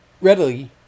readily